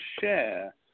share